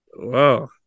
Wow